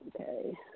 Okay